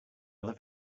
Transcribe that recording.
other